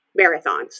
marathons